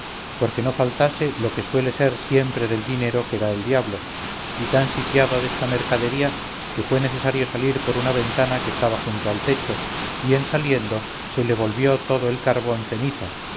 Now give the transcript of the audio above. porque no faltase lo que suele ser siempre del dinero que da el diablo y tan sitiado desta mercadería que fué necesario salir por una ventana que estaba junto al techo y en saliendo se le volvió todo el carbón ceniza